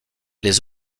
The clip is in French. les